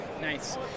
nice